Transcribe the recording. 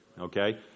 Okay